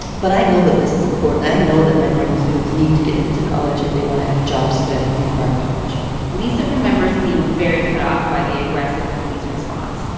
but i know that this is important. i know that minority students need to get into college if they want to have jobs that require college lisa remembers being very put off by the aggressive police response.